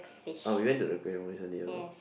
oh we went to the aquarium recently also